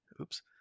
Oops